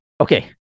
Okay